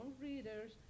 readers